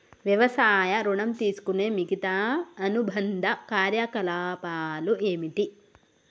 వ్యవసాయ ఋణం తీసుకునే మిగితా అనుబంధ కార్యకలాపాలు ఏమిటి?